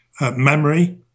memory